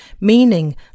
meaning